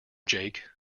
jake